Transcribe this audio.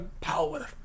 Power